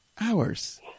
hours